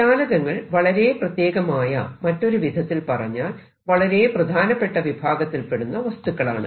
ചാലകങ്ങൾ വളരെ പ്രത്യേകമായ മറ്റൊരു വിധത്തിൽ പറഞ്ഞാൽ വളരെ പ്രധാനപ്പെട്ട വിഭാഗത്തിൽ പെടുന്ന വസ്തുക്കളാണ്